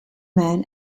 man